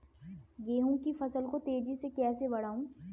गेहूँ की फसल को तेजी से कैसे बढ़ाऊँ?